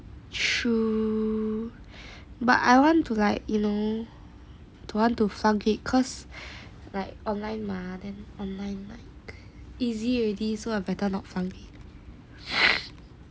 true but I want to like you know to want to flunk it cause like online mah then online like easy already so I better not flunk it